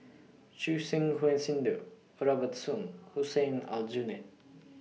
Choor Singh Sidhu Robert Soon Hussein Aljunied